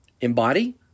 embody